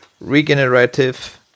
regenerative